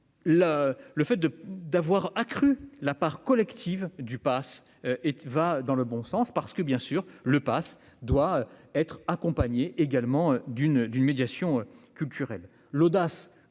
le fait de d'avoir accru la part collective du Pass et va dans le bon sens parce que bien sûr le Pass doit être accompagnée également d'une d'une médiation culturelle